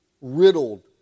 riddled